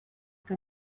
que